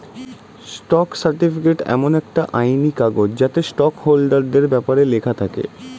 stock certificate এমন একটা আইনি কাগজ যাতে স্টক হোল্ডারদের ব্যপারে লেখা থাকে